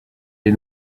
des